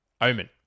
Omen